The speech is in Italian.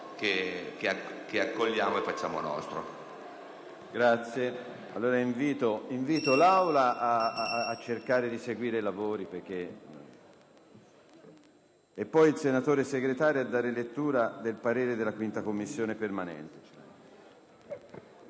che accogliamo e facciamo nostro.